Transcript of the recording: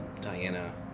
Diana